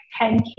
10k